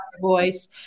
voice